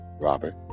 Robert